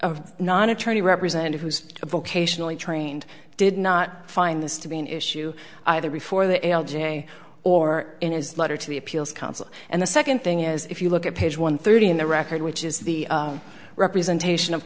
a non attorney representing who's a vocational trained did not find this to be an issue either before the l j or in his letter to the appeals counsel and the second thing is if you look at page one thirty in the record which is the representation of